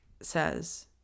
says